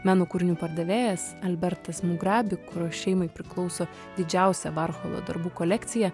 meno kūrinių pardavėjas albertas mugrabi kurio šeimai priklauso didžiausia varcholo darbų kolekcija